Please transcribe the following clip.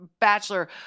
Bachelor